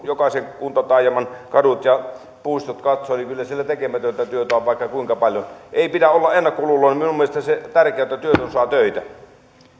jokaisen kuntataajaman kadut ja puistot niin kyllä siellä tekemätöntä työtä on vaikka kuinka paljon ei pidä olla ennakkoluuloinen minun mielestäni on tärkeätä että työtön saa töitä